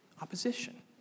opposition